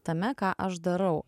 tame ką aš darau